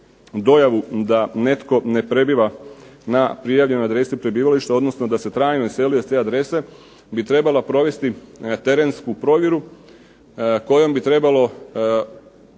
dojavu da netko ne prebiva na prijavljenoj adresi prebivališta, odnosno da se trajno iselio s te adrese bi trebala provesti terensku provjeru kojom bi trebalo